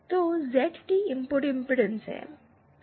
तो Z T input impedance है